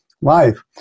life